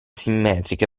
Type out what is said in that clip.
simmetriche